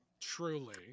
truly